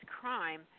crime